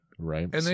Right